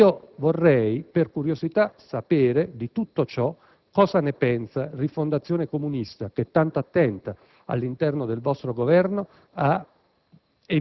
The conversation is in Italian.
Vorrei per curiosità sapere di tutto ciò cosa ne pensa Rifondazione Comunista, che è tanto attenta all'interno del vostro Governo ad